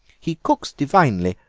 he cooks divinely,